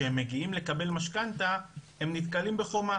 כשהם מגיעים לקבל משכנתא הם נתקלים בחומה.